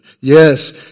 Yes